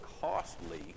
costly